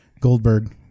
Goldberg